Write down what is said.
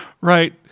Right